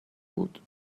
بود